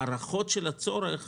הערכות של הצורך